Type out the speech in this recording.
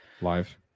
live